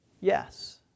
Yes